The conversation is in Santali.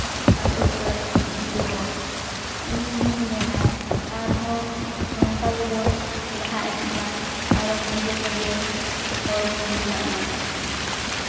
ᱟᱛᱳᱼᱴᱚᱞᱟ ᱨᱮᱱ ᱜᱤᱫᱽᱨᱟᱹ ᱦᱚᱸ ᱤᱧ ᱫᱩᱧ ᱢᱮᱱᱟ ᱟᱨᱦᱚᱸ ᱱᱚᱝᱠᱟ ᱜᱮᱵᱚᱱ ᱞᱟᱦᱟ ᱤᱫᱤᱜ ᱢᱟ ᱟᱨᱚ ᱵᱷᱟᱜᱮᱼᱵᱷᱟᱜᱮ ᱦᱚᱲ ᱵᱚᱱ ᱵᱮᱱᱟᱜ ᱢᱟ